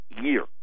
year